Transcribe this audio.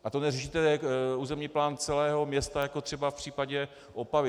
A to neřešíte územní plán celého města jako třeba v případě Opavy.